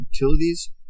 Utilities